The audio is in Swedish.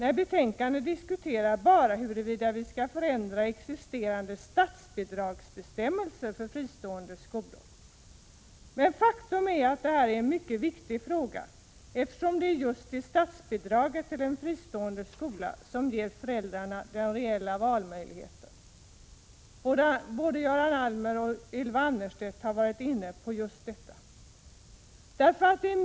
I betänkandet diskuteras bara huruvida man skall ändra existerande statsbidragsbestämmelser för fristående skolor. Faktum är att detta är en mycket viktig fråga, eftersom just statsbidraget till fristående skolor ger föräldrarna den reella valmöjligheten. Både Göran Allmér och Ylva Annerstedt har varit inne på detta.